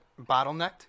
bottlenecked